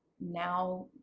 now